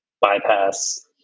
bypass